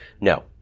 No